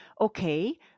okay